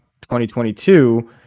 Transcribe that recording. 2022